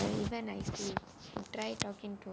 it's very nice talking to